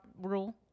rule